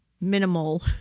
minimal